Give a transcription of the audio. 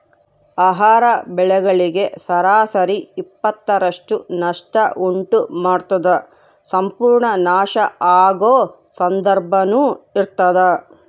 ಆಹಾರ ಬೆಳೆಗಳಿಗೆ ಸರಾಸರಿ ಇಪ್ಪತ್ತರಷ್ಟು ನಷ್ಟ ಉಂಟು ಮಾಡ್ತದ ಸಂಪೂರ್ಣ ನಾಶ ಆಗೊ ಸಂದರ್ಭನೂ ಇರ್ತದ